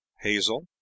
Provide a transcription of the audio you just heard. hazel